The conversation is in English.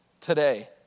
today